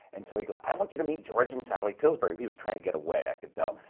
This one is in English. and so he goes, i want you to meet george and sally pillsbury! he was trying to get away, i could tell.